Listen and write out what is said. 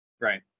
Right